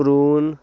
ਰੂਨ